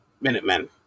Minutemen